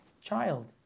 child